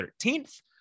13th